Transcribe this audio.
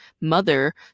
mother